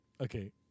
Okay